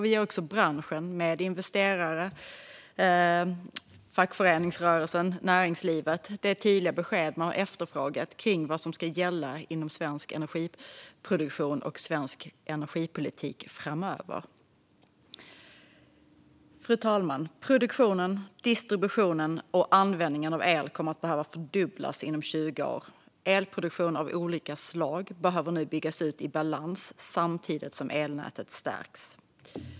Vi ger också branschen med investerare, fackföreningsrörelse och näringslivet det tydliga besked som man har efterfrågat kring vad som ska gälla inom svensk energiproduktion och svensk energipolitik framöver. Fru talman! Produktionen, distributionen och användningen av el kommer att behöva fördubblas inom 20 år. Elproduktion av olika slag behöver nu byggas ut i balans samtidigt som elnätet stärks.